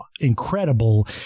incredible